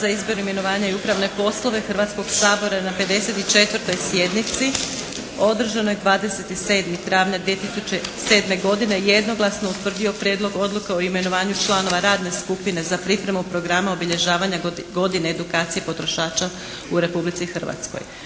za izbor, imenovanje i upravne poslove Hrvatskoga sabora na 54. sjednici održanoj 27. travnja 2007. godine jednoglasno utvrdio Prijedlog odluke o imenovanju članova radne skupine za pripremu Programa obilježavanja godine edukacije potrošača u Republici Hrvatskoj.